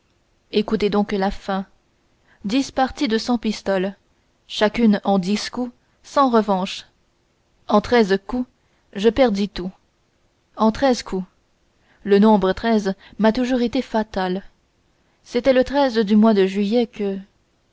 écoutez donc la fin dix parties de cent pistoles chacune en dix coups sans revanche en treize coups je perdis tout en treize coups le nombre m'a toujours été fatal c'était le du mois de juillet que